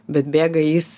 bet bėga jis